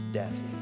death